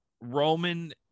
Roman